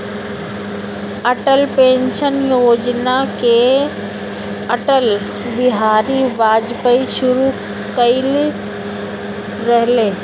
Atal pension योजना के अटल बिहारी वाजपयी शुरू कईले रलें